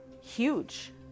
huge